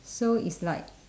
so is like